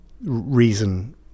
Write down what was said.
reason